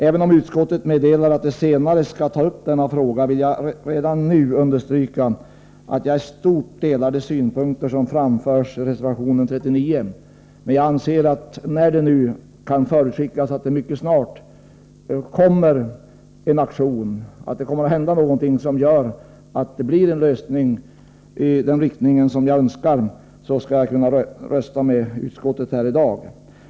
Även om utskottet meddelar att det senare skall ta upp denna fråga, vill jag redan nu understryka att jag i stort sett delar de synpunkter som framförs i reservation 39. Men när det nu kan föreskickas att det mycket snart kommer att hända någonting som gör att det blir en lösning i den riktning jag önskar, kan jag rösta enligt utskottsmajoritetens förslag.